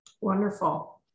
Wonderful